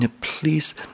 please